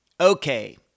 Okay